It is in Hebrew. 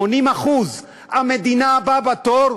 80%. המדינה הבאה בתור,